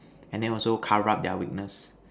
and then also cover up their weakness